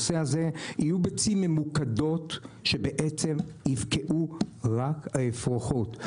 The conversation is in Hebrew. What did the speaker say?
יהיו ביצים ממוקדות שיבקעו רק האפרוחות.